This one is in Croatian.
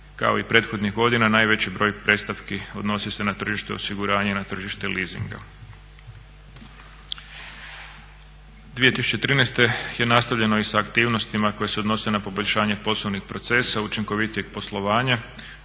Kao i prethodnih godina najveći broj predstavki odnosi se na tržište osiguranja i na tržište leasinga. 2013.je nastavljeno i sa aktivnostima koje se odnose na poboljšanje poslovnih procesa, učinkovitijeg poslovanja,